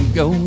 go